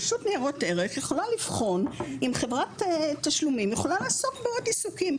רשות ניירות ערך יכולה לבחון אם חברת תשלומים יכולה לעסוק בעוד עיסוקים.